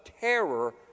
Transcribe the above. terror